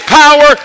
power